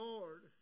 Lord